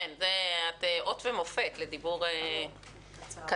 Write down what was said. כן, את אות ומופת לדיבור קצר.